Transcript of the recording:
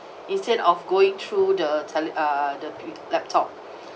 instead of going through the tele~ uh the laptop